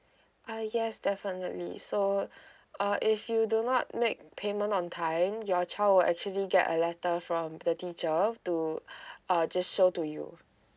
uh yes definitely so uh if you do not make payment on time your child will actually get a letter from the teacher to uh just show to you